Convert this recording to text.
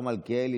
השר מלכיאלי,